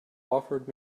offered